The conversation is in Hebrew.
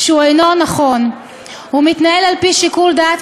והריבון פועל על-פי הדין